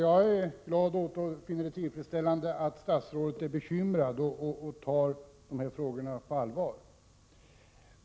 Herr talman! Jag finner det tillfredsställande att statsrådet är bekymrad och tar dessa frågor på allvar.